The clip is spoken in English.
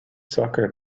soccer